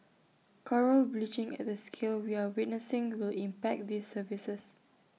Coral bleaching at the scale we are witnessing will impact these services